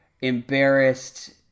embarrassed